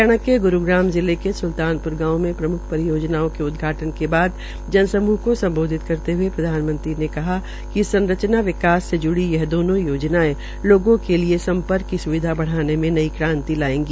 हरियाणा के ग्रूग्राम जिले के स्लतानप्र गांव के प्रम्ख परियोजनाओं के उदघाटन के बाद जन समूह को सम्बोधित करते हुए प्रधानमंत्री ने कहा कि संरचना विकास को ज्ड़ी यह दोनों योजनायें लोगों के सम्पर्क की स्विधा बढ़ाने में नई क्रांति लायेगी